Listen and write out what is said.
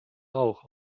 rauch